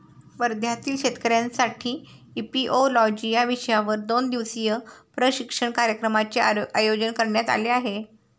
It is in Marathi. वर्ध्यातील शेतकऱ्यांसाठी इपिओलॉजी या विषयावर दोन दिवसीय प्रशिक्षण कार्यक्रमाचे आयोजन करण्यात आले आहे